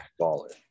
baller